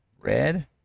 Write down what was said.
Red